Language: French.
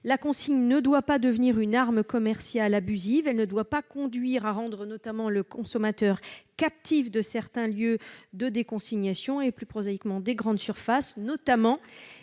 La consigne ne doit pas devenir une arme commerciale abusive ; elle ne doit pas conduire notamment à rendre le consommateur captif de certains lieux de déconsignation et, plus prosaïquement, des grandes surfaces- un tel